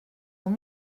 ont